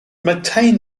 maintain